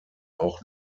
auch